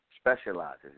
specializes